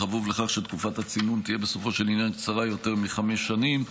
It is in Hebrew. בכפוף לכך שתקופת הצינון תהיה בסופו של עניין קצרה יותר מחמש שנים.